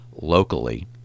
locally